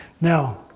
Now